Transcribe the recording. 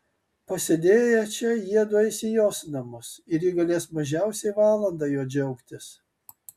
pasėdėję čia jiedu eis į jos namus ir ji galės mažiausiai valandą juo džiaugtis